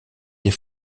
des